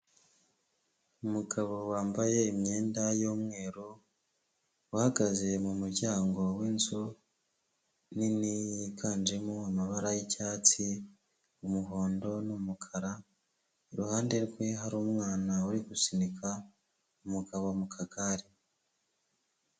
Umugabo wambaye imyenda y'umweru uhagaze mu muryango w'inzu nini yiganjemo amabara y'icyatsi, umuhondo, n'umukara, iruhande rwe hari umwana uri gusunika umugabo mu kagare.